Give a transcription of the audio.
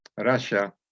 Russia